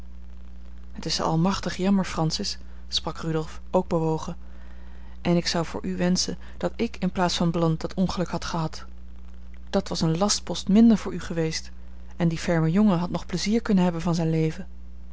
het is almachtig jammer francis sprak rudolf ook bewogen en ik zou voor u wenschen dat ik in plaats van blount dat ongeluk had gehad dat was een lastpost minder voor u geweest en die ferme jongen had nog pleizier kunnen hebben van zijn leven